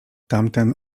tamten